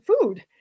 food